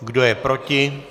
Kdo je proti?